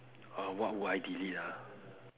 uh what would I delete ah